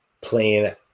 playing